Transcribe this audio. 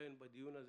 לכן הדיון,